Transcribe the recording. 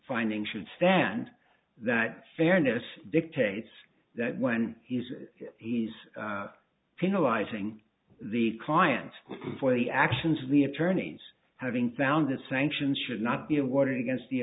finding should stand that fairness dictates that when he says he's penalizing the clients for the actions of the attorneys having founded sanctions should not be awarded against the